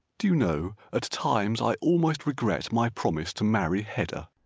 do you know, at times i almost regret my promise to marry hedda.